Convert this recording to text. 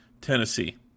Tennessee